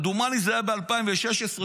כמדומני זה היה בשנת 2016,